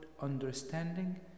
understanding